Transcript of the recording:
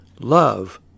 love